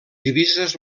divises